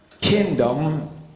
kingdom